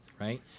right